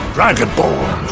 Dragonborn